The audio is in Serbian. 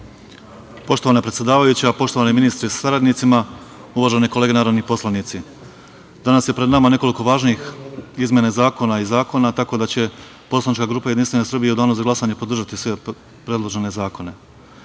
Poštovana predsedavajuća, poštovani ministre sa saradnicima, uvažene kolege narodni poslanici, danas je pred nama nekoliko važnih izmena zakona i zakona, tako da će poslanička grupa Jedinstvene Srbije u danu za glasanje podržati sve predložene